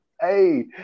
Hey